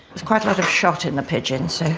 it's quite a lot of shot in the pigeons.